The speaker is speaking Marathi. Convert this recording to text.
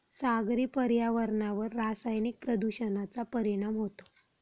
सागरी पर्यावरणावर रासायनिक प्रदूषणाचा परिणाम होतो